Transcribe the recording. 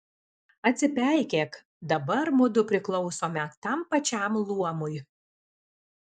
atsipeikėk dabar mudu priklausome tam pačiam luomui